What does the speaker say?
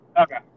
Okay